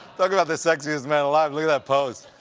talk about the sexiest man alive. look at that pose.